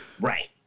Right